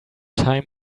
time